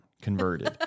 converted